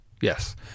Yes